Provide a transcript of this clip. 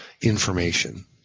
information